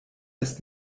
ist